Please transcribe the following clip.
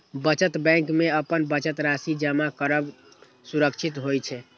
बचत बैंक मे अपन बचत राशि जमा करब सुरक्षित होइ छै